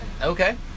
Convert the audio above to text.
Okay